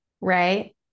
right